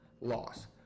loss